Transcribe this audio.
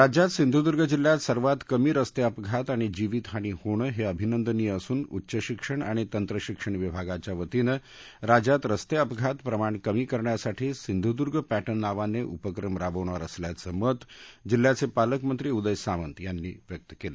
राज्यात सिंधूदर्ग जिल्ह्यात सर्वात कमी रस्ते अपघात आणि जीवितहानी होणं हे अभिनंदनीय असून उच्च शिक्षण आणि तंत्रशिक्षण विभागाच्यावतीनं राज्यात रस्ते अपघात प्रमाण कमी करण्यासाठी सिंधुदुर्ग पॅटर्न नावाने उपक्रम राबवणार असल्याचं मत जिल्ह्याचे पालकमंत्री उदय सामंत यांनी केलं